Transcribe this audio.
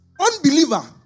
unbeliever